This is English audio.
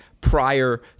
prior